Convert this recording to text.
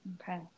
okay